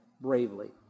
bravely